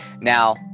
Now